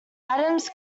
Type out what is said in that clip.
adams